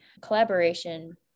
collaboration